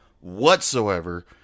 whatsoever